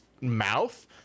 mouth